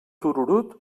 tururut